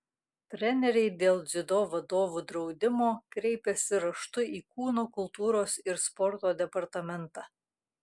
treneriai dėl dziudo vadovų draudimo kreipėsi raštu į kūno kultūros ir sporto departamentą